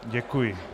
Děkuji.